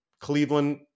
Cleveland